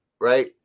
right